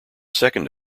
second